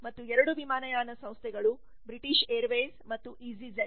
ಮತ್ತು 2 ವಿಮಾನಯಾನ ಸಂಸ್ಥೆಗಳು ಬ್ರಿಟಿಷ್ ಏರ್ವೇಸ್ ಮತ್ತು ಈಸಿ ಜೆಟ್